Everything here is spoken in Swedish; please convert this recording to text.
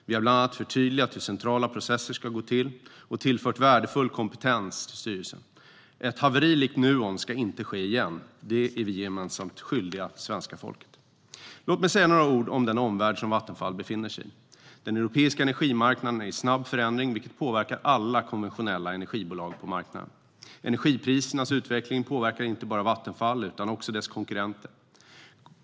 Vi har bland annat förtydligat hur centrala processer ska gå till och tillfört värdefull kompetens till styrelsen. Ett haveri likt Nuon ska inte ske igen. Det är vi gemensamt skyldiga svenska folket. Låt mig säga några ord om den omvärld som Vattenfall befinner sig i. Den europeiska energimarknaden är i snabb förändring, vilket påverkar alla konventionella energibolag på marknaden. Energiprisernas utveckling påverkar inte bara Vattenfall utan också dess konkurrenter.